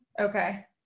Okay